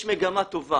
יש מגמה טובה